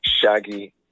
Shaggy